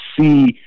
see